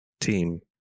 team